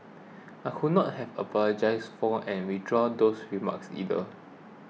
I would not have apologised for and withdrawn those remarks either